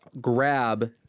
grab